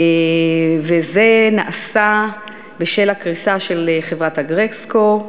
וזה נעשה בשל הקריסה של חברת "אגרקסקו".